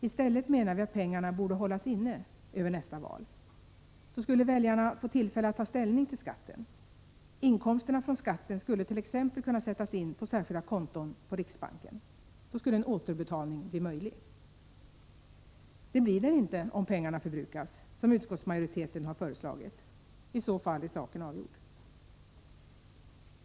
Vi menar att pengarna i stället borde hållas inne över nästa val. Då skulle väljarna få tillfälle att ta ställning till skatten. Inkomsterna från skatten skulle t.ex. kunna sättas in på särskilda konton på riksbanken. Då skulle en återbetalning bli möjlig. Det blir den inte om pengarna förbrukas, som utskottsmajoriteten har föreslagit. I så fall är saken avgjord.